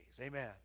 Amen